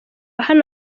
hano